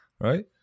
right